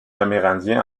amérindiens